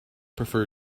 prefer